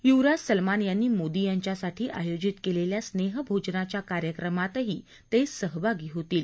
युवराज Salman यांनी मोदी यांच्यासाठी आयोजित केलेल्या स्नेह भोजनाच्या कार्यक्रमातही ते सहभागी होतील